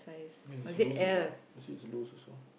it's loose also actually it's loose also